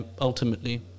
ultimately